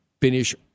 finish